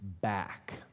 back